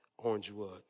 Orangewood